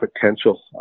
potential